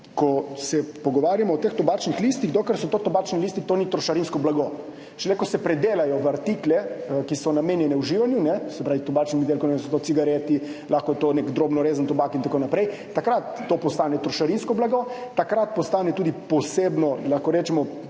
ko se pogovarjamo o teh tobačnih listih, dokler so to tobačni listi, to ni trošarinsko blago. Šele ko se predelajo v artikle, ki so namenjeni uživanju, se pravi, v tobačne izdelke in so to cigareti, lahko je to nek drobno rezan tobak in tako naprej, takrat to postane trošarinsko blago. Takrat postane to tudi poseben, lahko rečemo,